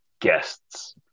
guests